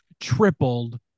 tripled